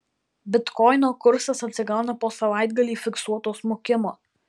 bitkoino kursas atsigauna po savaitgalį fiksuoto smukimo